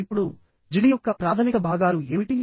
ఇప్పుడు జిడి యొక్క ప్రాథమిక భాగాలు ఏమిటి